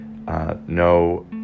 No